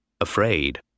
afraid